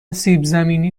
سیبزمینی